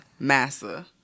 Massa